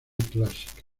clásica